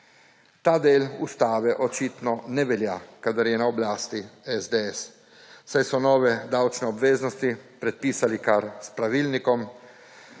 Ta del ustave očitno ne velja, kadar je na oblasti SDS, saj so nove davčne obveznosti predpisali kar s pravilnikom,